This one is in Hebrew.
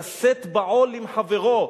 "לשאת בעול עם חברו".